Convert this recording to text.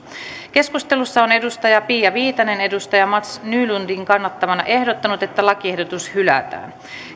keskustelussa pia viitanen on mats nylundin kannattamana ehdottanut että lakiehdotus hylätään